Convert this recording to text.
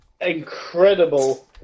incredible